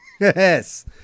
Yes